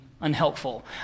unhelpful